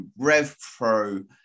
RevPro